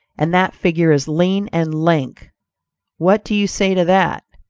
and that figure is lean and lank what do you say to that?